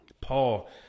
Paul